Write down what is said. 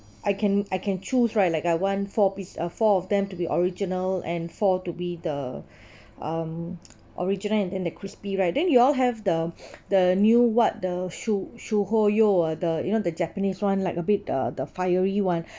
I can I can choose right like I want four piece uh four of them to be original and four to be the um original and then the crispy right then you all have the the new what the su~ ah the you know the japanese [one] like a bit uh the fiery one